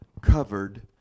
covered